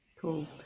Cool